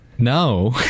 No